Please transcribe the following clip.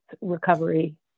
recovery